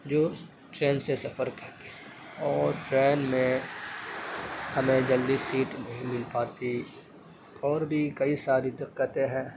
جو ٹرین سے سفر کرتے ہیں اور ٹرین میں ہمیں جلدی سیٹ نہیں مل پاتی اور بھی کئی ساری دقتیں ہیں